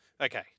Okay